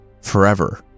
forever